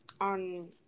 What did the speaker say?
on